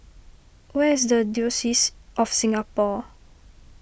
where is the Diocese of Singapore